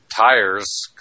tires